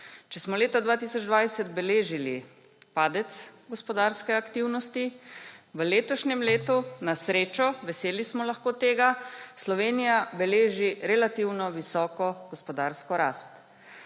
Če smo leta 2020 beležili padec gospodarske aktivnosti, v letošnjem letu na srečo, veseli smo lahko tega, Slovenija beleži relativno visoko gospodarsko rast.